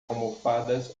almofadas